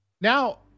Now